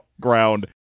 ground